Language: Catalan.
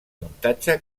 muntatge